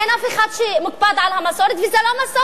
אין אף אחד שמופקד על המסורת, וזה לא מסורת.